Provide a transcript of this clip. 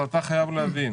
אבל אתה חייב להבין